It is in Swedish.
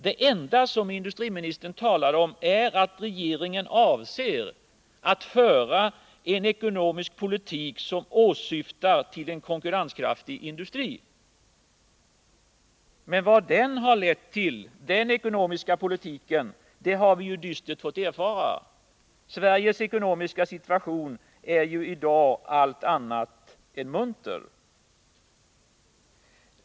Det enda som industriministern talar om är att regeringen avser att föra en ekonomisk politik som syftar till en konkurrenskraftig industri. Men vad den ekonomiska politiken har lett till har vi dystert fått erfara. Sveriges ekonomiska situation är i dag allt annat än munter.